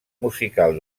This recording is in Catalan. musical